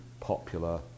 popular